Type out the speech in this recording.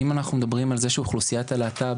אם אנחנו מדברים על זה שאוכלוסיית הלהט"ב